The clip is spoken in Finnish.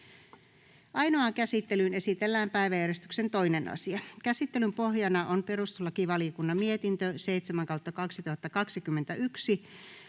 Ainoaan käsittelyyn esitellään päiväjärjestyksen 2. asia. Käsittelyn pohjana on perustuslakivaliokunnan mietintö PeVM